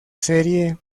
serie